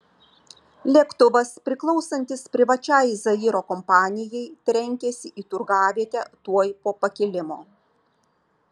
lėktuvas priklausantis privačiai zairo kompanijai trenkėsi į turgavietę tuoj po pakilimo